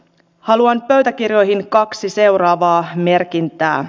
haluan pöytäkirjoihin kaksi seuraavaa merkintää